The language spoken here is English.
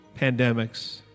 pandemics